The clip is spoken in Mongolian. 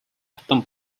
хатан